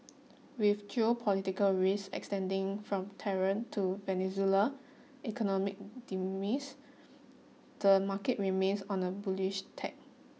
with geopolitical risk extending from Tehran to Venezuela economic the market remains on a bullish tack